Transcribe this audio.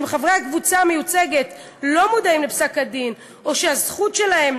אם חברי הקבוצה המיוצגת לא מודעים לפסק-הדין או שהזכות שלהם